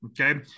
Okay